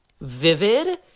vivid